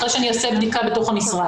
אחרי שאעשה בדיקה בתוך המשרד.